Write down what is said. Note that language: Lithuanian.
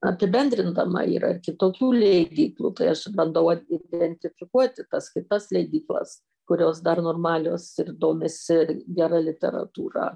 apibendrindama yra ir kitokių leidyklų tai aš bandau identifikuoti tas kitas leidyklas kurios dar normalios ir domisi gera literatūra